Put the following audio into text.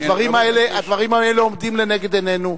הדברים האלה עומדים לנגד עינינו.